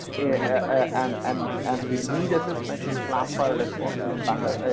and and and we need assessments in slum for responses in bangladesh,